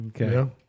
Okay